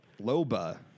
loba